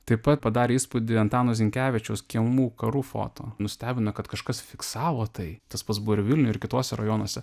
taip pat padarė įspūdį antano zinkevičiaus kiemų karufo to nustebino kad kažkas fiksavo tai tas pats buvo ir vilniuj ir kituose rajonuose